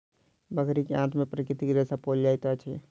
बकरी के आंत में प्राकृतिक रेशा पाओल जाइत अछि